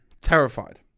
Terrified